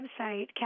website